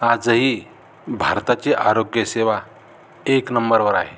आजही भारताची आरोग्यसेवा एक नंबरवर आहे